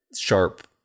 sharp